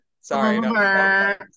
sorry